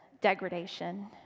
degradation